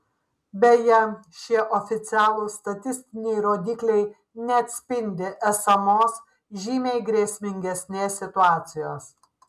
beje šie oficialūs statistiniai rodikliai neatspindi esamos žymiai grėsmingesnės situacijos